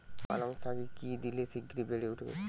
পালং শাকে কি দিলে শিঘ্র বেড়ে উঠবে?